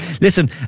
Listen